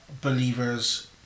believers